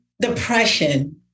depression